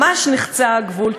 ממש נחצה הגבול.